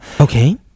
Okay